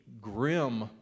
grim